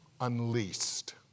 unleashed